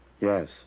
Yes